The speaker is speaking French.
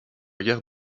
gare